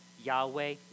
Yahweh